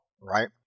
right